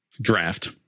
Draft